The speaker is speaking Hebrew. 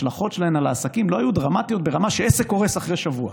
ההשלכות שלהן על העסקים לא היו דרמטיות ברמה שעסק קורס אחרי שבוע.